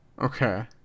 okay